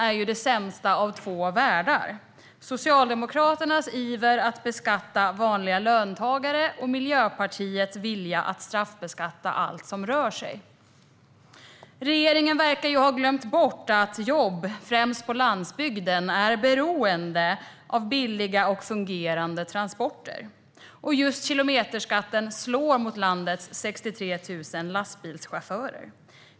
Detta är det sämsta av två världar, Socialdemokraternas iver att beskatta vanliga löntagare och Miljöpartiets vilja att straffbeskatta allt som rör sig. Regeringen verkar ha glömt bort att jobb främst på landsbygden är beroende av billiga och fungerande transporter. Just kilometerskatten slår mot landets 63 000 lastbilschaufförer.